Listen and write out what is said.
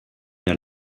der